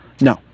No